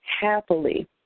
happily